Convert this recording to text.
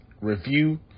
review